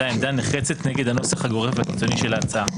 עמדה נחרצת נגד הנוסח הגורף והקיצוני של ההצעה.